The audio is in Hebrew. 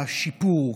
מהשיפור,